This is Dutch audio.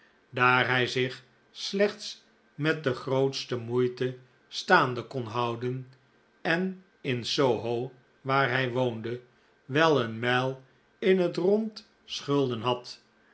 daar hij zich slechts met de grootste moeite staande kon houden en in soho waar hij woonde wel een mijl in het rond schulden had